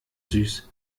süß